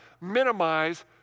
minimize